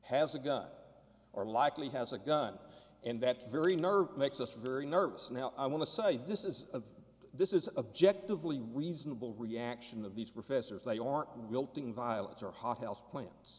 has a gun or likely has a gun and that very nerve makes us very nervous now i want to say this is of this is objective lee reasonable reaction of these professors they aren't wilting violets are hot house plants